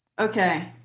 Okay